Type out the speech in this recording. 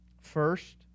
First